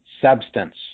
substance